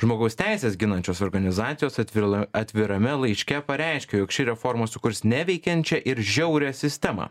žmogaus teises ginančios organizacijos atvirala atvirame laiške pareiškė jog ši reforma sukurs neveikiančią ir žiaurią sistemą